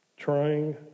Trying